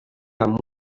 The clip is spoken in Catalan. amb